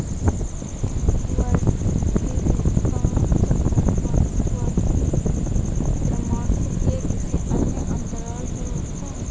वार्षिकी का भुगतान साप्ताहिक, मासिक, वार्षिक, त्रिमासिक या किसी अन्य अंतराल पर होता है